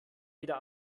wieder